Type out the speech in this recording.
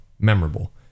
memorable